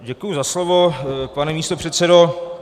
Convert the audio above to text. Děkuji za slovo, pane místopředsedo.